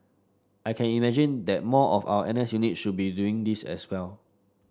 I can imagine that more of our N S units should be doing this as well